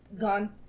Gone